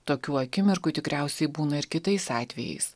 tokių akimirkų tikriausiai būna ir kitais atvejais